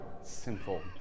Simple